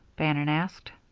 bannon asked.